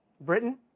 Britain